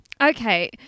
Okay